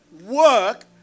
work